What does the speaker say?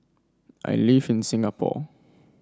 I live in Singapore